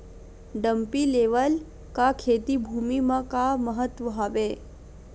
Dumpy level का खेती भुमि म का महत्व हावे?